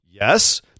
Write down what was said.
Yes